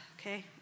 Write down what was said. Okay